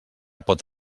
pot